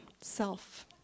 self